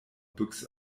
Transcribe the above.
büx